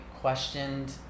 questioned